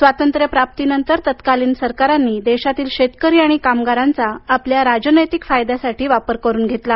स्वातंत्र्यप्राप्तीनंतर तत्कालीन सरकारांनी देशातील शेतकरी आणि कामगारांचा आपल्या राजनैतिक फायद्यासाठी वापर करून घेतला